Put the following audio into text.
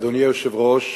אדוני היושב-ראש,